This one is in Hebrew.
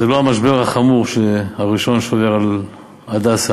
זה לא המשבר החמור הראשון שעובר על "הדסה";